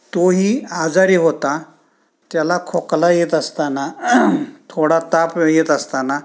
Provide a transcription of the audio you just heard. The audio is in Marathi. तो ही आजारी होता त्याला खोकला येत असताना थोडा ताप येत असताना